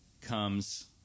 comes